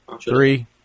Three